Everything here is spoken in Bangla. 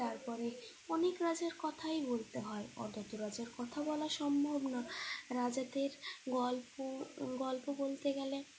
তারপরে অনেক রাজার কথাই বলতে হয় অত তো রাজার কথা বলা সম্ভব না রাজাদের গল্প গল্প বলতে গেলে